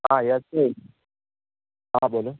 હા યશવી હા બોલો